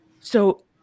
So-